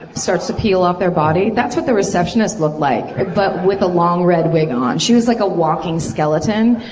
ah starts to peel off their body. that's what the receptionist looked like, but with a long red wig on. she was like a walking skeleton.